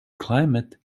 climate